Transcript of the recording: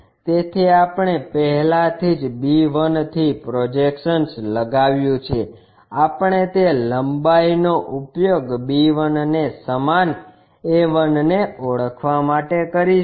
તેથી આપણે પહેલાથી જ b 1 થી પ્રોજેક્શન લગાવ્યું છે આપણે તે લંબાઈનો ઉપયોગ b 1 ને સમાન a 1 ને ઓળખવા માટે કરીશું